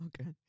Okay